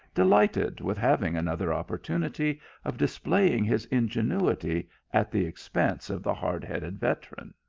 delighted with having another opportunity of displaying his ingenuity at the expense of the hard-headed veteran.